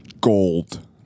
Gold